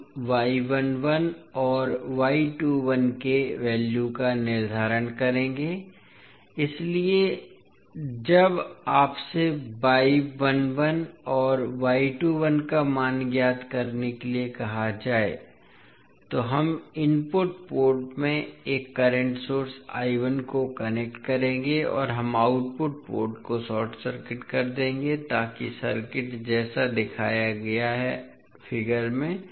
हम और के वैल्यू का निर्धारण करेंगे इसलिए जब आपसे और का मान ज्ञात करने के लिए कहा जाए तो हम इनपुट पोर्ट में एक करंट सोर्स को कनेक्ट करेंगे और हम आउटपुट पोर्ट को शॉर्ट सर्किट कर देंगे ताकि सर्किट जैसा दिखाया जाएगा आंकड़ा